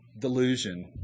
delusion